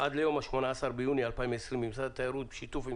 עד ליום 18.6.20 ממשרד התיירות בשיתוף עם